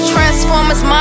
Transformers